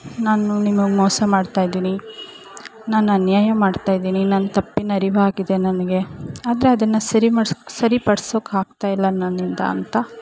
ನಾನು ನಿಮಗೆ ಮೋಸ ಮಾಡ್ತಾಯಿದೀನಿ ನಾನು ಅನ್ಯಾಯ ಮಾಡ್ತಾಯಿದೀನಿ ನನ್ನ ತಪ್ಪಿನ ಅರಿವಾಗಿದೆ ನನಗೆ ಆದರೆ ಅದನ್ನು ಸರಿ ಮಾಡ್ಸಿ ಸರಿಪಡ್ಸೋಕೆ ಆಗ್ತಾಯಿಲ್ಲ ನನ್ನಿಂದ ಅಂತ